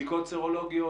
בדיקות סרולוגיות?